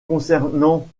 concernant